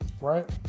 right